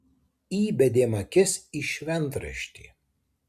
įbedėm akis į šventraštį